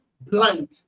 blind